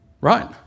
Right